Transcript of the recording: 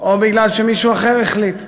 או מישהו אחר החליט.